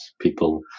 people